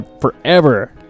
forever